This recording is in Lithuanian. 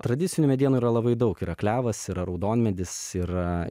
tradicinių medienų yra labai daug yra klevas yra raudonmedis yra